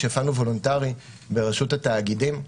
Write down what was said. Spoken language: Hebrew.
כשהפעלנו וולונטרי ברשות התאגידים,